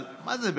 אבל מה זה,